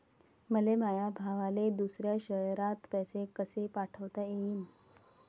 मले माया भावाले दुसऱ्या शयरात पैसे कसे पाठवता येईन?